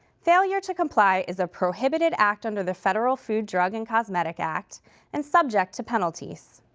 failure to comply is a prohibited act under the federal food, drug, and cosmetic act and subject to penalties.